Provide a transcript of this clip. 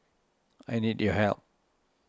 I need your help